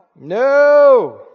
No